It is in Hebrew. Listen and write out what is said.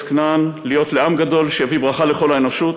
כנען להיות לעם גדול שיביא ברכה לכל האנושות,